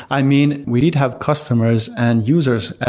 i mean, we did have customers and users.